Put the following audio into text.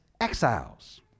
exiles